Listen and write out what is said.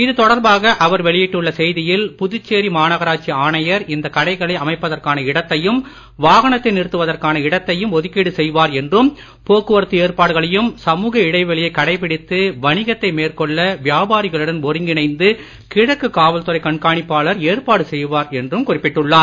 இதுதொடர்பாக அவர் வெளியிட்டுள்ள செய்தியில் புதுச்சேரி மாநகராட்சி ஆணையர் இந்த கடைகளை அமைப்பதற்கான இடத்தையும் வாகனத்தை நிறுத்துவதற்கான இடத்தையும் ஏற்பாடுகளையும் சமூக இடைவெளியை கடைபிடித்து வணிகத்தை மேற்கொள்ள வியாபாரிகளுடன் ஒருங்கிணைந்து கிழக்கு காவல்துறை கண்காணிப்பாளர் ஏற்பாடு செய்வார் என்றும் அவர் குறிப்பிட்டுள்ளார்